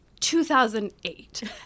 2008